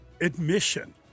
admission